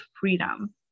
freedom